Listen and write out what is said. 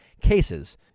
cases